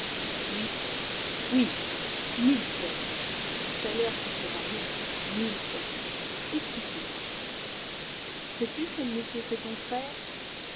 oui oui mille fois oui tout à l'heure tu diras non mille fois non écoute-moi bien sais-tu quel métier fait ton frère